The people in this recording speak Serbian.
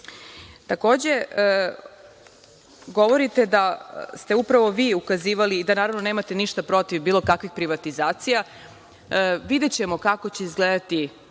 govorite da ste upravo vi ukazivali, i da nemate ništa protiv bilo kakvih privatizacija, videćemo kako će izgledati